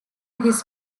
his